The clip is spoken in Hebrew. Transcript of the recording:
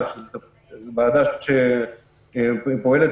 זאת אומרת, בסוף בשביל לקבל,